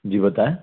जी बताएं